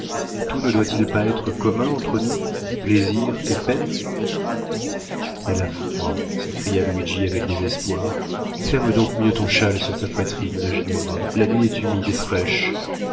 tout ne doit-il pas être commun entre nous plaisirs et peines elle a froid s'écria luigi avec désespoir ferme donc mieux ton châle sur ta poitrine ma ginevra la nuit est humide et fraîche